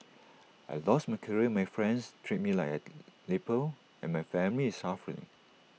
I lost my career my friends treat me like A leper and my family is suffering